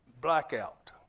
blackout